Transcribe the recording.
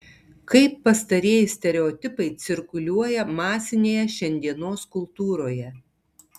kaip pastarieji stereotipai cirkuliuoja masinėje šiandienos kultūroje